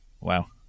Wow